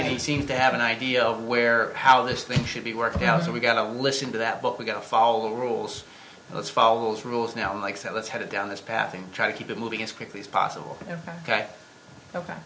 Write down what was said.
like he seemed to have an idea of where how this thing should be working out so we got to listen to that but we got to follow the rules let's follow those rules now mike said let's head down this path and try to keep it moving as quickly as possible ok ok